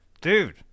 Dude